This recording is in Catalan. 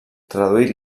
traduït